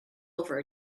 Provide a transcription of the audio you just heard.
over